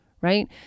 right